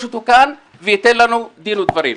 אותו כאן והוא ייתן לנו דיווח על הדברים.